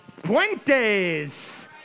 puentes